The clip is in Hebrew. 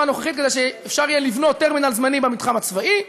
הנוכחית כדי שאפשר יהיה לבנות טרמינל זמני במתחם הצבאי,